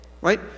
Right